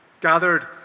gathered